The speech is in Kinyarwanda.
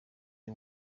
the